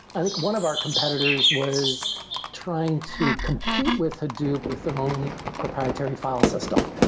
i think one of our competitors was trying to compete with hadoop with their own proprietary file system,